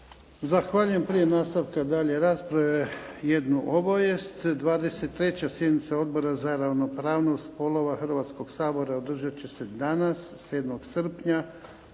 Zahvaljujem. Prije nastavka dalje rasprave, jednu obavijest. 23. sjednica Odbora za ravnopravnost spolova Hrvatskoga sabora održati će se danas 7. srpnja